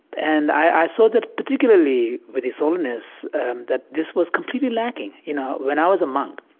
and i saw that particularly with his holiness that this was completely lacking you know, when i was a monk,